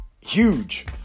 huge